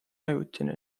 ajutine